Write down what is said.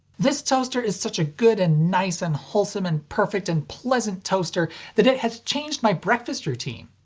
this toaster is such a good and nice and wholesome and perfect and pleasant toaster that it has changed my breakfast routine.